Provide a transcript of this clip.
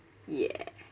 yeah